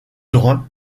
drouin